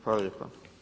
Hvala lijepa.